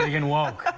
ah yeah can walk.